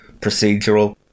procedural